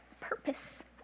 purpose